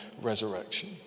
resurrection